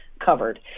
covered